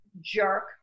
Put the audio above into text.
jerk